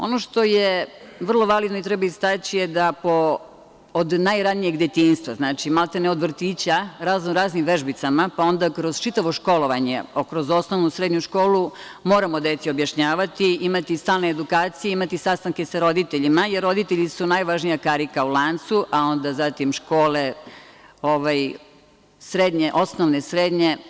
Ono što je vrlo validno i treba istaći da od najranijeg detinjstva, znači maltene od vrtića, razno raznim vežbicama, pa onda kroz čitavo školovanje, pa kroz osnovnu i srednju školu moramo deci objašnjavati i imati stalne edukacije i imati sastanke sa roditeljima, jer roditelji su najvažnija karika u lancu, a onda zatim škole, osnovne i srednje.